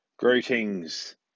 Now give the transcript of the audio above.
Greetings